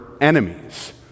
enemies